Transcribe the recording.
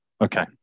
Okay